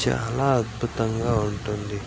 చాల అద్భుతంగా ఉంటుంది